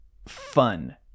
Fun